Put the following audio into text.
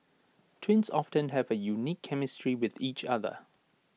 twins often have A unique chemistry with each other